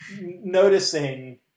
Noticing